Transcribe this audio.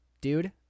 Dude